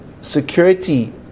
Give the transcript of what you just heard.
security